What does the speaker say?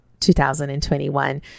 2021